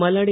Malladi